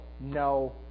no